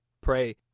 Pray